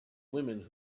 women